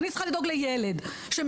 ואני צריכה לדאוג לילד שמעשן.